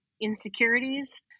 insecurities